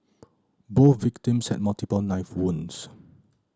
both victims had multiple knife wounds